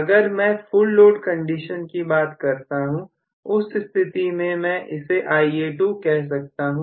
अगर मैं full load condition की बात करता हूं उस स्थिति में मैं इसे Ia2 कह सकता हूं